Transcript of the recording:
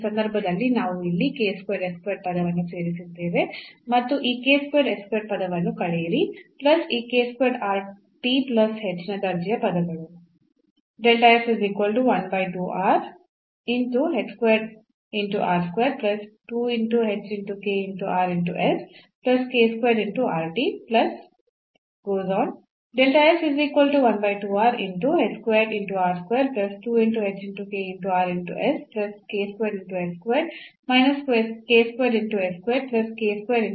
ಈ ಸಂದರ್ಭದಲ್ಲಿ ನಾವು ಇಲ್ಲಿ ಪದವನ್ನು ಸೇರಿಸಿದ್ದೇವೆ ಮತ್ತು ಈ ಪದವನ್ನು ಕಳೆಯಿರಿ ಪ್ಲಸ್ ಈ ಪ್ಲಸ್ ಹೆಚ್ಚಿನ ದರ್ಜೆಯ ಪದಗಳು